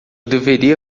deveria